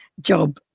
job